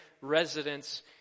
residents